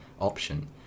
option